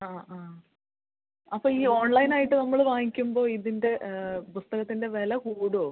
അ ആ അപ്പോൾ ഈ ഓൺലൈൻ ആയിട്ട് നമ്മൾ വാങ്ങിക്കുമ്പോൾ ഇതിൻ്റെ ഏ പുസ്തകത്തിൻ്റെ വില കൂടുമോ